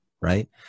right